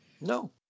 No